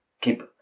keep